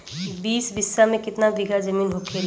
बीस बिस्सा में कितना बिघा जमीन होखेला?